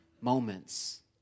moments